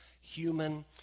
human